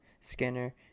Skinner